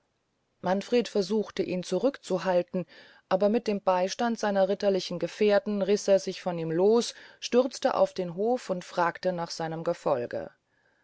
manfred versuchte ihn zurückzuhalten aber mit dem beistand seiner ritterlichen gefährten riß er sich von ihm los stürzte auf den hof und fragte nach seinem gefolge